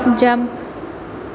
jump